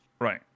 Right